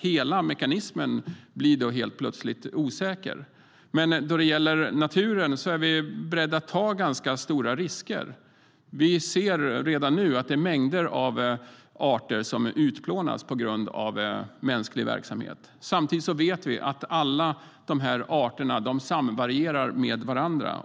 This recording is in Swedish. Hela mekanismen blir då plötsligt osäker. Men när det gäller naturen är vi beredda att ta ganska stora risker. Redan nu utplånas mängder av arter på grund av mänsklig verksamhet. Vi vet samtidigt att alla arter samvarierar med varandra.